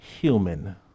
human